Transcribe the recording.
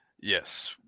Yes